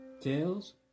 Tails